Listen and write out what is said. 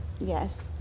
Yes